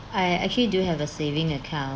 I actually do have a saving account